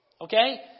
okay